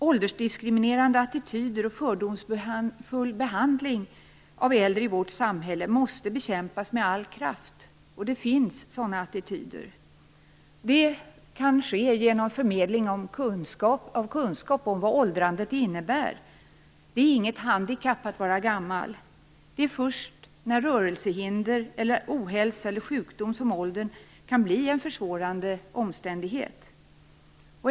Åldersdiskriminerande attityder och fördomsfull behandling av äldre i vårt samhälle måste bekämpas med all kraft. Och sådana attityder finns. Detta kan ske genom förmedling av kunskap om vad åldrandet innebär. Det är inget handikapp att vara gammal. Det är först vid rörelsehinder, ohälsa eller sjukdom som åldern kan bli en försvårande omständighet.